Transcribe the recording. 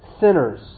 sinners